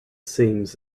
seems